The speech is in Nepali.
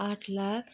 आठ लाख